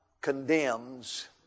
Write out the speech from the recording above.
condemns